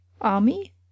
Army